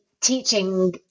teaching